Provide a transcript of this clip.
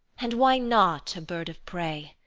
and why not a bird of prey?